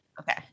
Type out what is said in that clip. Okay